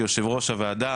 כיושב-ראש הוועדה.